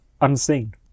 unseen